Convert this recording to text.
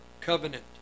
covenant